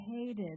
hated